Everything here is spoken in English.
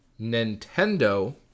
Nintendo